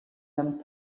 them